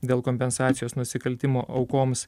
dėl kompensacijos nusikaltimo aukoms